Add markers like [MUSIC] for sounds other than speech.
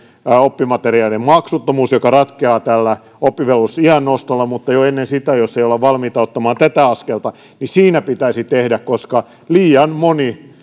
oppimateriaalien maksuttomuus joka ratkeaa tällä oppivelvollisuusiän nostolla mutta jo ennen sitä jos ei olla valmiita ottamaan tätä askelta siinä pitäisi tehdä jotakin koska liian moni [UNINTELLIGIBLE]